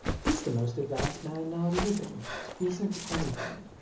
he's the most advanced man now living he isn't anything.